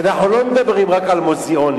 אנחנו לא מדברים רק על מוזיאונים,